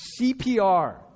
CPR